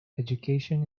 education